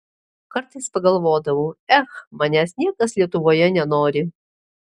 kartais pagalvodavau ech manęs niekas lietuvoje nenori